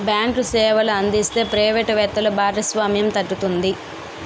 bank సేవలు అందిస్తే private వ్యక్తులు భాగస్వామ్యం తగ్గుతుంది